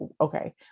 okay